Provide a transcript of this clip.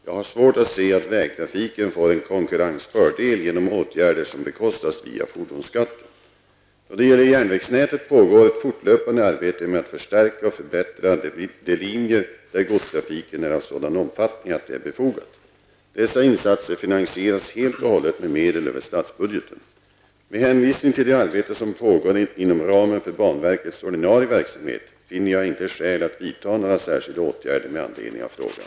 Jag har svårt att se att vägtrafiken får en konkurrensfördel genom åtgärder som bekostas via fordonsskatten. Då det gäller järnvägsnätet pågår ett fortlöpande arbete med att förstärka och förbättra de linjer där godstrafiken är av sådan omfattning att det är befogat. Dessa insatser finansieras helt och hållet med medel över statsbudgeten. Med hänvisning till det arbete som pågår inom ramen för banverkets ordinarie verksamhet finner jag inte skäl att vidta några särskilda åtgärder med anledning av frågan.